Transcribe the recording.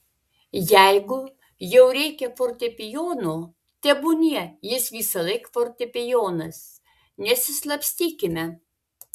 jeigu jau reikia fortepijono tebūnie jis visąlaik fortepijonas nesislapstykime